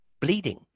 bleeding